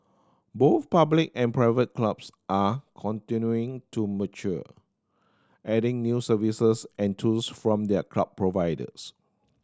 both public and private clubs are continuing to mature adding new services and tools from their club providers